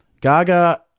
Gaga